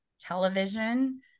television